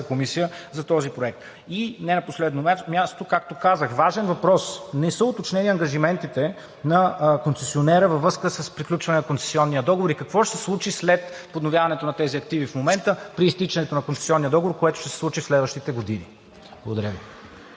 комисия за този проект. И не на последно място, както казах, важен въпрос – не са уточнени ангажиментите на концесионера във връзка с приключване на концесионния договор и какво ще се случи след подновяването на тези активи – в момента на изтичането на концесионния договор, което ще се случи в следващите години. Благодаря Ви.